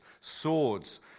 swords